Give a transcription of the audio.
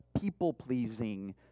people-pleasing